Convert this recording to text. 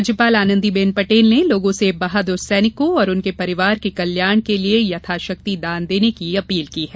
राज्यपाल आंनदी बेन पटेल ने लोगों से बहादुर सैनिकों और उनके परिवार के कल्याण के लिये यथाशक्ति दान देने की अपील की है